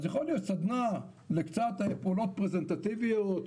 אז יכול להיות שסדנה לקצת אמירות רפרזנטטיביות,